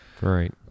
Right